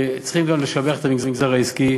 צריכים גם לשבח את המגזר העסקי